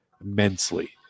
immensely